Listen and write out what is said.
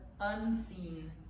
unseen